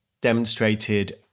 demonstrated